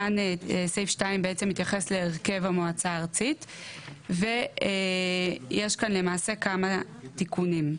סעיף (2) מתייחס להרכב המועצה הארצית ויש כאן למעשה כמה תיקונים.